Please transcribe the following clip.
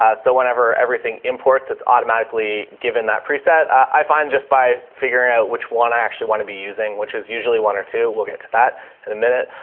so whenever everything imports, it's automatically given that preset i find just by figuring out which one i actually want to be using, which is usually one or two. we'll get to that in a minute.